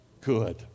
good